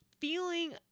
feeling